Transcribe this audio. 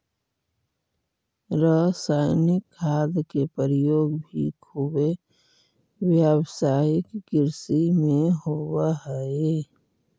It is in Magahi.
रसायनिक खाद के प्रयोग भी खुबे व्यावसायिक कृषि में होवऽ हई